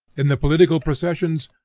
in the political processions,